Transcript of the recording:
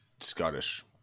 Scottish